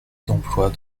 d’emploi